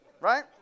Right